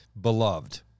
beloved